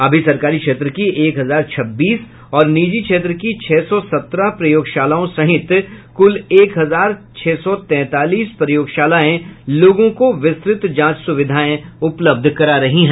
अभी सरकारी क्षेत्र की एक हजार छब्बीस और निजी क्षेत्र की छह सौ सत्रह प्रयोगशालाओं सहित कुल एक हजार छह सौ तैंतालीस प्रयोगशालाएं लोगों को विस्तृत जांच सुविधाएं उपलब्ध करा रही हैं